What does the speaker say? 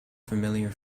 familiar